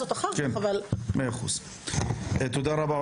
תודה רבה.